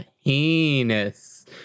heinous